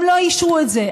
הם לא אישרו את זה.